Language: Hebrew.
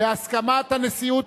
בהסכמת הנשיאות כולה,